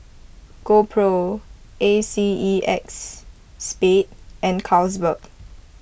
GoPro A C E X Spade and Carlsberg